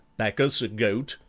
bacchus a goat,